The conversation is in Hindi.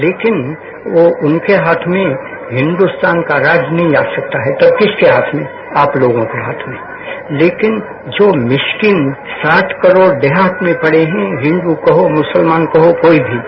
लेकिन वो उनके हाथ में हिन्दुस्तान का राज नहीं आ सकता तो किसके हाथ में आप लोगों के हाथ में लेकिन जो मिस्कीन साठ करोड़ देहात में पड़े हैं हिन्दू कहो मुस्लमान कहो कोई भी हो